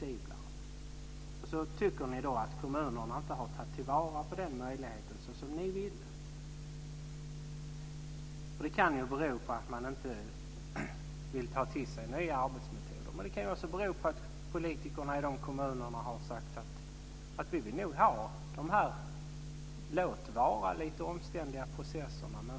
I dag tycker ni att kommunerna inte har tagit till vara den möjligheten såsom ni ville. Det kan ju bero på att man inte vill ta till sig nya arbetsmetoder. Men det kan ju också bero på att politikerna i de kommunerna har sagt att de vill ha kvar de här lite omständliga processerna.